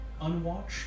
unwatched